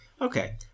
Okay